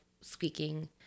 speaking